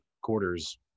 quarters